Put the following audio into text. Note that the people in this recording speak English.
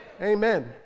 amen